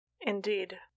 Indeed